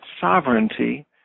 sovereignty